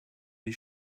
die